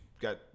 got